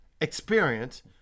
experience